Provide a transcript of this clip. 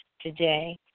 today